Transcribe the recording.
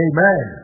Amen